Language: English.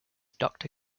doctor